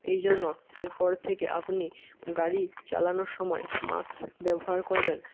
এই জন্য এর পর থেকে আপনি গাড়ি চালানোর সময় মাস্ক ব্যবহার করবেন